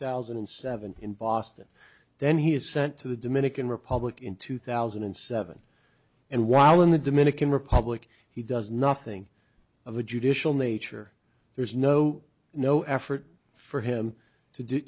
thousand and seven in boston then he was sent to the dominican republic in two thousand and seven and while in the dominican republic he does nothing of a judicial nature there's no no effort for him to do